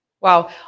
wow